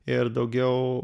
ir daugiau